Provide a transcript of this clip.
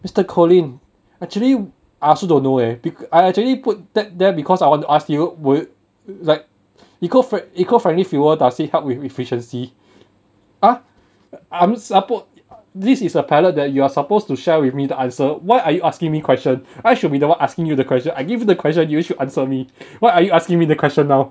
mister colin actually I also don't know eh I actually put that there because I want to ask you would like eco frien~ eco friendly fuel does it help with efficiency !huh! I'm suppose this is a pilot that you are supposed to share with me the answer why are you asking me question I should be the one asking you the question I give you the question you should answer me why are you asking me the question now